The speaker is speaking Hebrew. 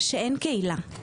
שאין קהילה.